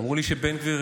אמרו לי שבן גביר